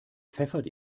pfeffert